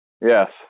Yes